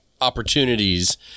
opportunities